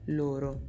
loro